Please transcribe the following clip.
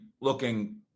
looking